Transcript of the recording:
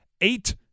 eight